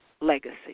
legacy